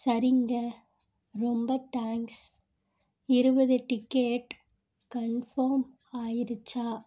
சரிங்கள் ரொம்ப தேங்க்ஸ் இருபது டிக்கெட் கன்ஃபார்ம் ஆகிருச்சா